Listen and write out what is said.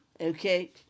okay